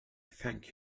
thank